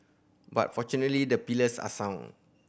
but fortunately the pillars are sound